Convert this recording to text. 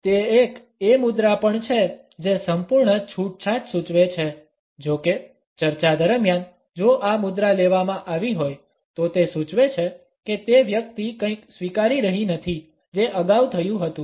તે એક એ મુદ્રા પણ છે જે સંપૂર્ણ છૂટછાટ સૂચવે છે જો કે ચર્ચા દરમિયાન જો આ મુદ્રા લેવામાં આવી હોય તો તે સૂચવે છે કે તે વ્યક્તિ કંઈક સ્વીકારી રહી નથી જે અગાઉ થયું હતું